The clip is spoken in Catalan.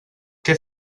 què